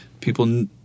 people